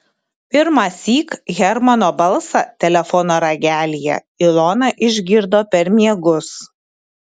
pirmąsyk hermano balsą telefono ragelyje ilona išgirdo per miegus